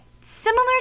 similar